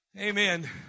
Amen